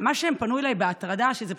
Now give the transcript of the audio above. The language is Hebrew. הם פנו אליי במשהו שהוא הטרדה,